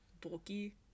bulky